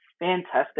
Fantastic